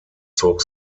zog